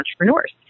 entrepreneurs